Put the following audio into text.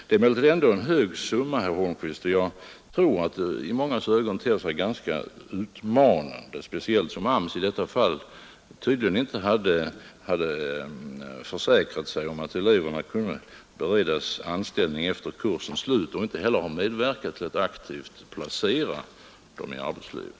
Det är emellertid ändå en hög summa, herr Holmqvist, och jag tror att det i mångas ögon ter sig ganska utmanande, speciellt som AMS i detta fall tydligen inte hade försäkrat sig om att eleverna kunde beredas anställning efter kursens slut och inte heller aktivt har medverkat till att placera dem i arbetslivet.